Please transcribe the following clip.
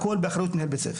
הכול באחריות מנהל בית ספר.